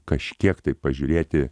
kažkiek tai pažiūrėti